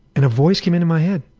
and a voice came into my head